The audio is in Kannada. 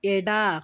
ಎಡ